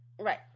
Right